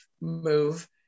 move